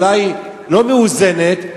אולי לא מאוזנת,